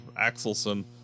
Axelson